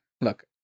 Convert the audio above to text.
look